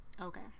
Okay